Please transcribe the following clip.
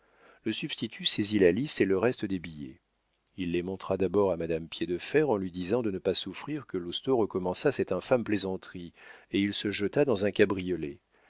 le substitut saisit la liste et le reste des billets il les montra d'abord à madame piédefer en lui disant de ne pas souffrir que lousteau recommençât cette infâme plaisanterie et il se jeta dans un cabriolet